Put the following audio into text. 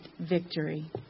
victory